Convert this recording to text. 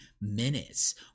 minutes